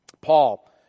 Paul